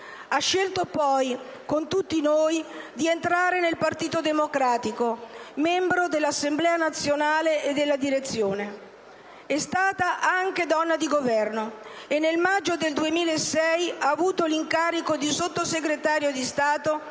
Ha scelto poi, con tutti noi, di entrare nel Partito Democratico, membro dell'Assemblea nazionale e della Direzione. È stata anche donna di governo, e nel maggio 2006 ha avuto l'incarico di Sottosegretario di Stato